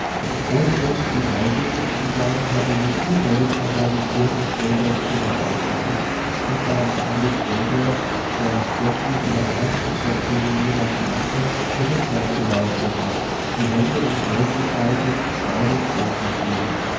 ohne irgendwie neugierig zu sein hatte sie zufällig einmal die tür von gregors zimmer aufgemacht und war im anblick gregors der gänzlich überrascht trotzdem ihn niemand jagte hin und her zu laufen begann die hände im schoß gefaltet staunend